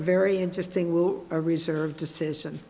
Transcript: very interesting what a reserve decision